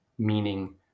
meaning